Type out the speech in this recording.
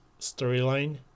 storyline